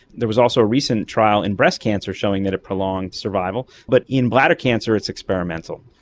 there was also a recent trial in breast cancer showing that it prolonged survival, but in bladder cancer it's experimental.